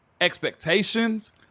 expectations